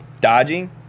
Dodging